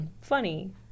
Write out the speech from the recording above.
funny